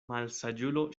malsaĝulo